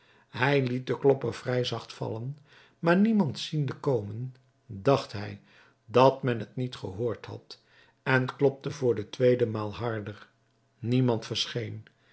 hij liet den klopper vrij zacht vallen maar niemand ziende komen dacht hij dat men het niet gehoord had en klopte voor de tweede maal harder niemand verscheen